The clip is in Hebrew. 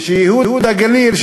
ושייהוד הגליל,